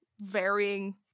varying